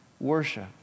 worship